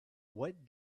what